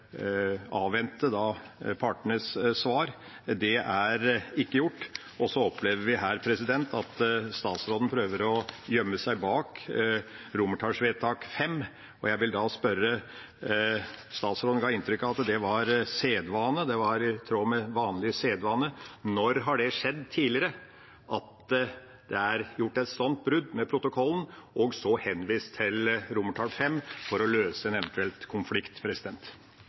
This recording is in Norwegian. avvente partenes svar: Det er ikke gjort. Så opplever vi her at statsråden prøver å gjemme seg bak romertallsvedtak V. Jeg vil da spørre statsråden, som ga inntrykk av at det var sedvane, at det var i tråd med vanlig sedvane: Når har det skjedd tidligere at det er gjort et sånt brudd med protokollen, og så henvist til V for å løse en eventuell konflikt?